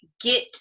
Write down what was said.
get